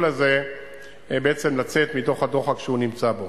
הזה בעצם לצאת מתוך הדוחק שהוא נמצא בו.